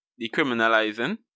decriminalizing